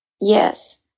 Yes